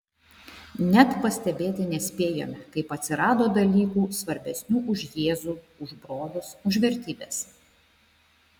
net pastebėti nespėjome kaip atsirado dalykų svarbesnių už jėzų už brolius už vertybes